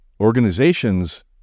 organizations